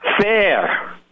Fair